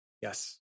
Yes